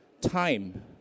Time